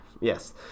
Yes